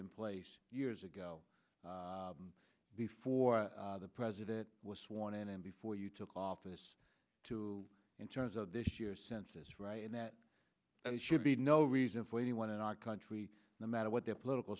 in place years ago before the president was sworn in and before you took office two in terms of this year's census right and that should be no reason for anyone in our country no matter what their political